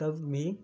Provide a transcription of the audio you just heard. तब भी